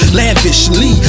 lavishly